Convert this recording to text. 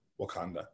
Wakanda